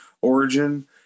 origin